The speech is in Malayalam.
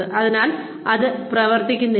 അതിനാൽ അത് പ്രവർത്തിക്കുന്നില്ല